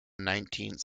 nineteenth